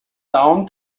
down